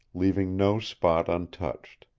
leaving no spot untouched.